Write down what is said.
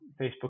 Facebook